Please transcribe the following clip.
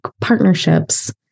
partnerships